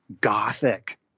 gothic